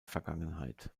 vergangenheit